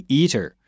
eater